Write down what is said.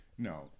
no